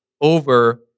over